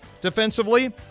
defensively